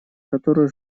которые